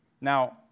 Now